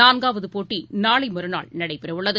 நான்காவதுபோட்டுநாளைமறுநாள் நடைபெறவுள்ளது